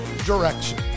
direction